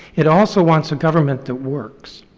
it also wants a government that works.